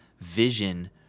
vision